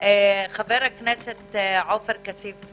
חבר הכנסת עופר כסף.